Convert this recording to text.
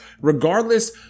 regardless